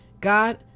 God